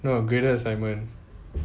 no graded assignment